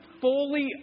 fully